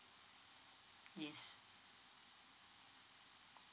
yes